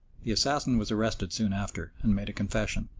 the assassin was arrested soon after, and made a confession.